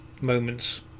moments